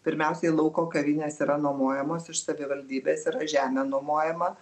pirmiausiai lauko kavinės yra nuomojamos iš savivaldybės yra žemė nuomojama